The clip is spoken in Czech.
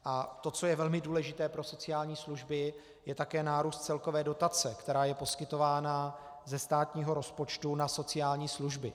A to, co je velmi důležité pro sociální služby, je také nárůst celkové dotace, která je poskytována ze státního rozpočtu na sociální služby.